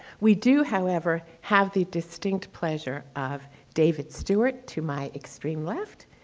we do however have the distinct pleasure of david stewart to my extreme left.